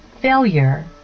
Failure